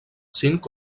cinc